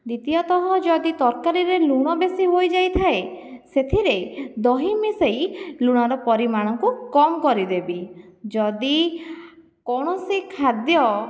ଦ୍ଵିତୀୟତଃ ଯଦି ତରକାରୀରେ ଲୁଣ ବେଶୀ ହୋଇଯାଇଥାଏ ସେଥିରେ ଦହି ମିଶାଇ ଲୁଣର ପରିମାଣକୁ କମ କରିଦେବି ଯଦି କୌଣସି ଖାଦ୍ୟ